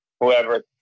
whoever